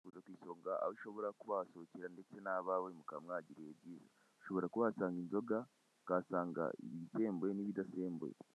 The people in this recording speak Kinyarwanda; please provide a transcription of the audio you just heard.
Fuza ku isonga aho ushobora kubasohokera ndetse n'abawe mukaba mwagiriye ibyiza ushobora kubahatana inzoga ukahasanga ibihembuye n'ibidasembuye.